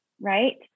Right